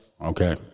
Okay